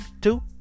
Two